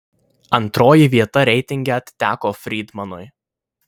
antroji vieta reitinge atiteko frydmanui